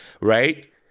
Right